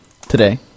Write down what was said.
today